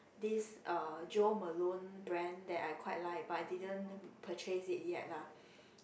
this uh Jo Malone brand that I quite like but I didn't purchase it yet lah